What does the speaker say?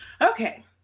Okay